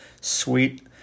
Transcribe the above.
sweet